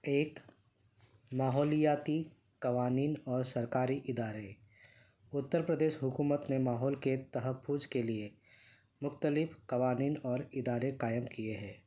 ایک ماحولیاتی قوانین اور سرکاری ادارے اتر پردیش حکومت نے ماحول کے تحفوج کے لیے مختلف قوانین اور ادارے قائم کیے ہیں